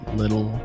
little